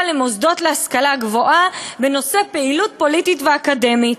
למוסדות להשכלה גבוהה בנושא פעילות פוליטית ואקדמית.